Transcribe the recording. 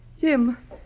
Jim